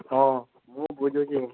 ହଁ ମୁଁ ବୁଝୁଛି